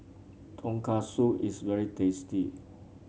tonkatsu is very tasty